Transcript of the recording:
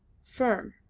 firm.